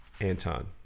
Anton